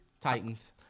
Titans